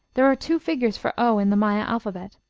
there are two figures for o in the maya alphabet